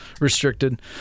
Restricted